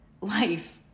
life